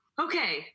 Okay